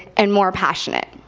and more passionate.